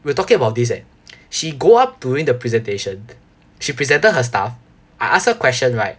we're talking about this eh she go up during the presentation she presented her stuff I ask her question right